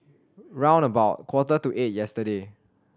round about quarter to eight yesterday